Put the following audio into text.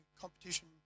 competition